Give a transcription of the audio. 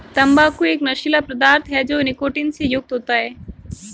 तंबाकू एक नशीला पदार्थ है जो निकोटीन से युक्त होता है